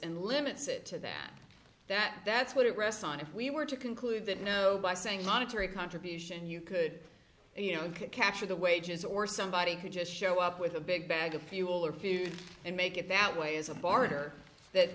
and limits it to that that that's what it rests on if we were to conclude that no by saying monetary contribution you could you know capture the wages or somebody could just show up with a big bag of fuel or few and make it that way is a barter that